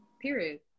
Period